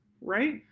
right